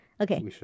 okay